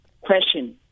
question